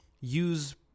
use